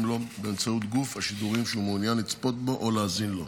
לו באמצעות גוף השידורים שהוא מעוניין לצפות בו או להאזין לו.